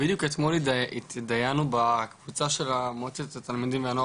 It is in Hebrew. בדיוק אתמול התדיינו בקבוצה של מועצת התלמידים והנוער